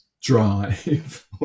drive